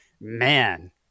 Man